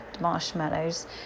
marshmallows